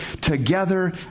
together